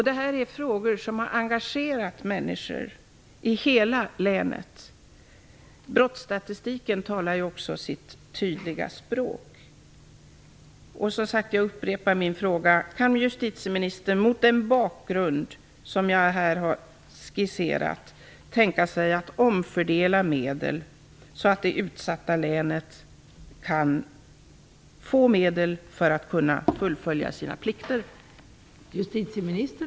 Dessa frågor har engagerat människor i hela länet. Brottsstatistiken talar också sitt tydliga språk. Jag upprepar min fråga: Kan justitieministern mot bakgrund av vad jag här har skisserat tänka sig att omfördela medel, så att det här utsatta länet kan få medel för att kunna fullfölja sina plikter?